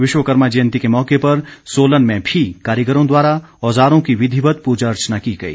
विश्वकर्मा जयंती के मौके पर सोलन में भी कारीगरों द्वारा औज़ारों की विधिवत पूर्जा अर्चना की गई